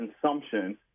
consumption